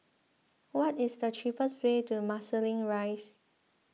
What is the cheapest way to Marsiling Rise